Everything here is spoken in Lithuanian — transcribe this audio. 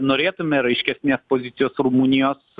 norėtume raiškesnės pozicijos rumunijos